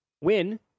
win